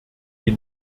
die